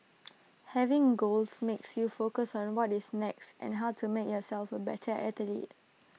having goals makes you focus on what is next and how to make yourself A better athlete